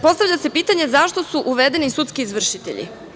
Postavlja se pitanje zašto su uvedeni sudski izvršitelji?